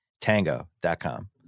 Tango.com